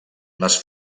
les